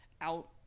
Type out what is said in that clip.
out